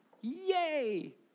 Yay